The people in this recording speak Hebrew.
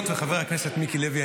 חבר הכנסת מיקי לוי,